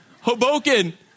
Hoboken